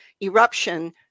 eruption